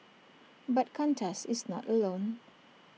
but Qantas is not alone